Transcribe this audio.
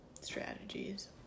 strategies